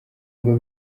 ngo